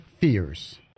Fears